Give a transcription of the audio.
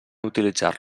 utilitzar